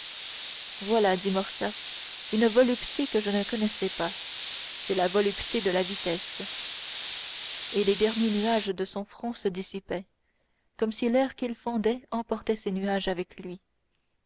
voilà dit morcerf une volupté que je ne connaissais pas c'est la volupté de la vitesse et les derniers nuages de son front se dissipaient comme si l'air qu'il fendait emportait ces nuages avec lui